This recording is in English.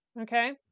Okay